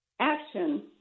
action